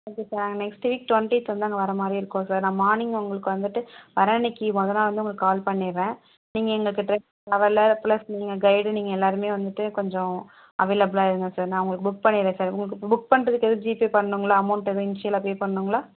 okay sir நாங்கள் next week twentieth வந்து அங்கே வர மாதிரி இருக்கோம் சார் நான் மார்னிங் உங்களுக்கு வந்துட்டு வர அன்னைக்கு முதல் நாள் வந்து உங்களுக்கு கால் பண்ணிறேன் நீங்கள் எங்களுக்கு பிளஸ் நீங்கள் கைடு நீங்கள் எல்லாருமே வந்துவிட்டு கொஞ்சம் அவைலபுலாக இருங்கள் சார் நான் உங்களுக்கு புக் பண்ணிறேன் சார் உங்களுக்கு புக் பண்ணுறதுக்கு எதுவும் ஜிபே பண்ணனுங்களா அமௌன்ட் எதுவும் இனிஷியலாக பே பண்ணனுங்களா